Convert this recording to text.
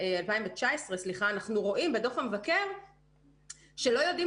אנחנו רואים בדוח המבקר שלא יודעים